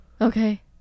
Okay